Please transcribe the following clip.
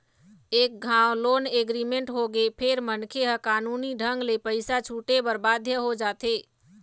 एक घांव loan agreement होगे फेर मनखे ह कानूनी ढंग ले पइसा छूटे बर बाध्य हो जाथे